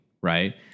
right